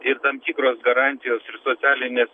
ir tam tikros garantijos ir socialinė